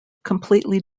completely